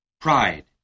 Pride